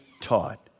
taught